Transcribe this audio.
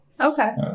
okay